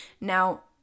Now